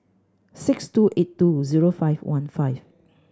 six two eight two zero five one five